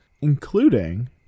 including